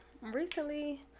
Recently